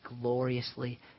gloriously